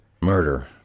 Murder